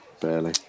barely